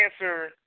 answer